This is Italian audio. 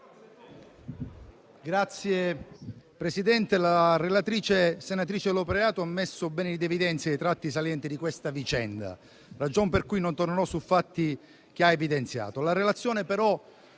Signor Presidente, la relatrice, senatrice Lopreiato, ha messo bene in evidenza i tratti salienti di questa vicenda, ragion per cui non tornerò sui fatti che ha evidenziato.